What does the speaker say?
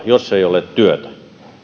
jos ei ole työtä